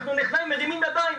אנחנו מרימים ידיים,